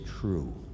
true